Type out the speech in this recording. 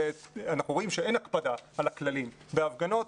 ואנחנו רואים שאין הקפדה על הכללים בהפגנות,